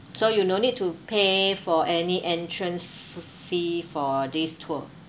so you no need to pay for any entrance f~ fee for this tour